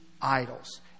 idols